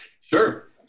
Sure